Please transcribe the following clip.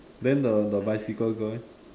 then the the bicycle girl eh